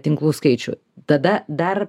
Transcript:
tinklų skaičių tada dar